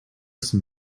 some